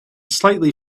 slightly